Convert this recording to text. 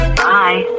bye